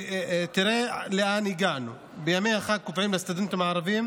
תראה לאן הגענו, בימי החג קובעים לסטודנטים הערבים